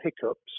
hiccups